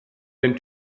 den